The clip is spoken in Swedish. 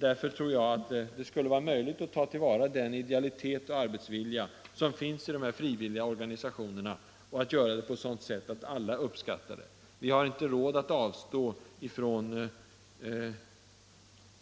Jag tror att det skulle vara möjligt att ta till vara den idealitet och arbetsvilja som Utbyggnad av finns i de frivilliga organisationerna, och att göra det på ett sådant sätt — hälsooch sjukvård, att alla uppskattar det. Vi har inte råd att avstå från